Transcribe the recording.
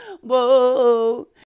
whoa